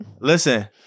Listen